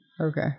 Okay